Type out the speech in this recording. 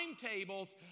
timetables